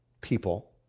people